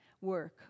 work